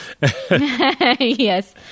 Yes